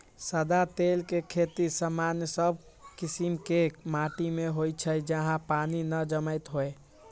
सदा तेल के खेती सामान्य सब कीशिम के माटि में होइ छइ जहा पानी न जमैत होय